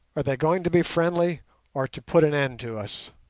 are they going to be friendly or to put an end to us